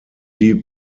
die